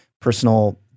personal